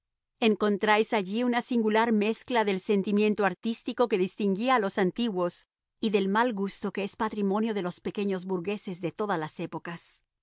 encontráis allí una singular mezcla del sentimiento artístico que distinguía a los antiguos y del mal gusto que es patrimonio de los pequeños burgueses de todas las épocas